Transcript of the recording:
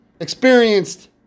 experienced